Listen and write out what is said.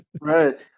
Right